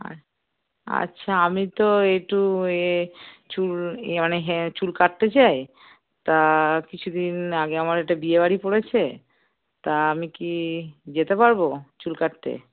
আ আচ্ছা আমি তো একটু এ চুল ই মানে হ্যাঁ চুল কাটতে চাই তা কিছুদিন আগে আমার একটা বিয়েবাড়ি পড়েছে তা আমি কি যেতে পারবো চুল কাটতে